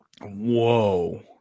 Whoa